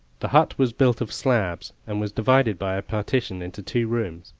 the hut was built of slabs, and was divided by a partition into two rooms,